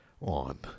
on